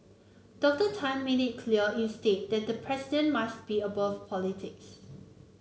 Doctor Tan made it clear instead that the president must be above politics